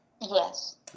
Yes